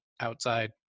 outside